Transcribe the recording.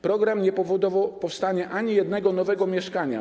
Program nie spowodował powstania ani jednego nowego mieszkania.